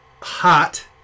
hot